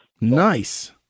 Nice